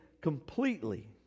completely